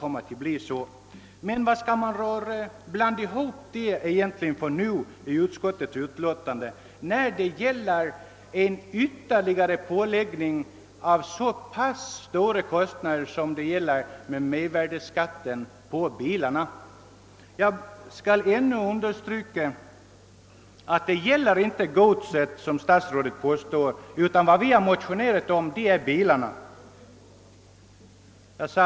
Men varför skall man egentligen blanda in detta i utskottets betänkande, som gäller en ytterligare pålaga innebärande så stora kostnader som mervärdeskatten på biltransporterna medför? Jag vill dessutom understryka att det inte, såsom statsrådet påstår, gäller godset. Vad vi har motionerat om är biltransporterna.